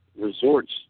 resorts